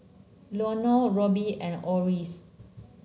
Robley and Oris